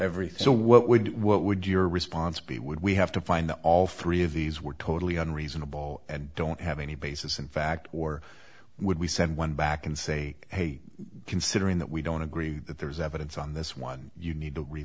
everything so what would what would your response be would we have to find that all three of these were totally unreasonable and don't have any basis in fact or would we send one back and say hey considering that we don't agree that there's evidence on this one you need to really